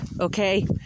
Okay